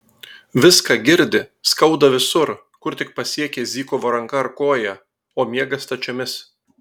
viską girdi skauda visur kur tik pasiekė zykovo ranka ar koja o miega stačiomis